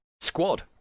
squad